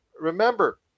Remember